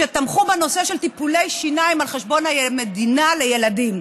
שתמכו בנושא של טיפולי שיניים על חשבון המדינה לילדים.